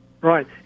Right